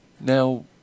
Now